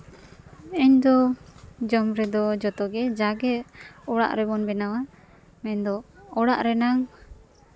ᱤᱧ ᱫᱚ ᱡᱚᱢ ᱨᱮᱫᱚ ᱡᱚᱛᱚ ᱜᱮ ᱡᱟᱜᱮ ᱚᱲᱟᱜ ᱨᱮᱵᱚᱱ ᱵᱮᱱᱟᱣᱟ ᱢᱮᱱᱫᱚ ᱚᱲᱟᱜ ᱨᱮᱱᱟᱝ